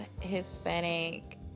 Hispanic